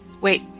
Wait